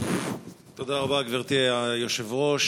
תודה רבה, גברתי היושבת-ראש.